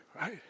right